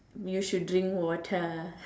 you should drink water